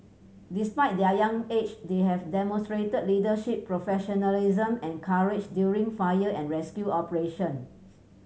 despite their young age they have demonstrated leadership professionalism and courage during fire and rescue operations